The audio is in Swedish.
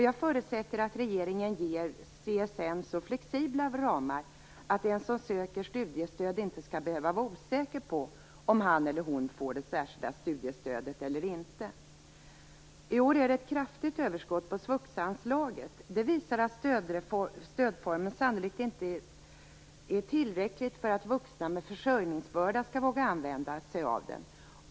Jag förutsätter att regeringen ger CSN så flexibla ramar att den som söker studiestöd inte skall behöva vara osäker på om han eller hon får det särskilda studiestödet eller inte. I år är det ett kraftigt överskott på svuxa-anslaget. Det visar att stödformen sannolikt inte är tillräcklig för att vuxna med försörjningsbörda skall våga använda sig av den.